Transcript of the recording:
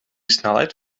snelheid